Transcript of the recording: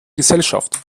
gesellschaft